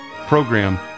program